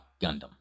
Gundam